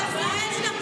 מי שחם לו לא יכול.